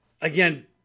again